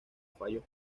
fallos